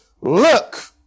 Look